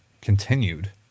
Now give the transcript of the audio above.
continued